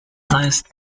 highest